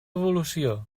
evolució